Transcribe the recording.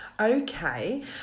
Okay